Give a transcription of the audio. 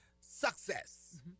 success